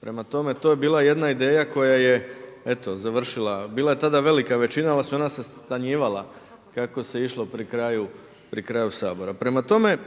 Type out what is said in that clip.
Prema tome, to je bila jedna ideja koja je eto završila, bila je tada velika većina ali se ona stanjivala kako se išlo pri kraju Sabora. Prema tome,